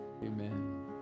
Amen